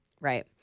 Right